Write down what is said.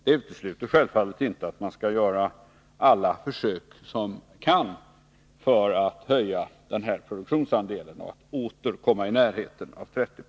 Det utesluter självfallet inte att man skall göra alla försök som kan göras för att höja denna produktionsandel att åter komma i närheten av 30 9.